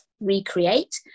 recreate